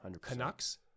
Canucks